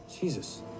Jesus